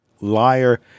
liar